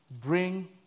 Bring